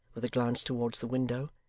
with a glance towards the window,